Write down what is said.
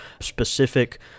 specific